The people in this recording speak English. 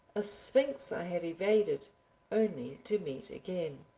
a sphinx i had evaded only to meet again.